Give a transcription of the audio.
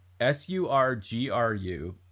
S-U-R-G-R-U